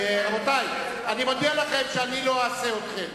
רבותי, אני מודיע לכם שלא אהסה אתכם.